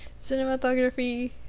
Cinematography